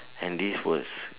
and this was